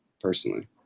personally